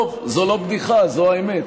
טוב, זו לא בדיחה, זו האמת.